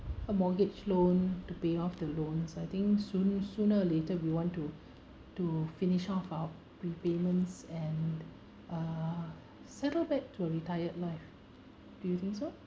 a mortgage loan to pay off the loans I think soon sooner or later we want to to finish off our repayments and uh settle a bit to a retired life do you think so